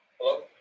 Hello